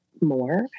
more